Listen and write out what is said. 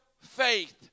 faith